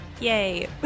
Yay